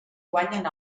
guanyen